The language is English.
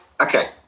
okay